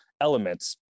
elements